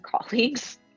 colleagues